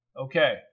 Okay